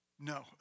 No